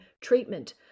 treatment